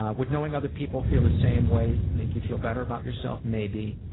um would knowing other people feel the same way make you feel better about yourself? maybe,